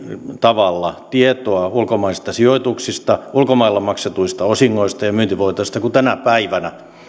tavalla tietoa ulkomaisista sijoituksista ulkomailla maksetuista osingoista ja myyntivoitoista kuin tänä päivänä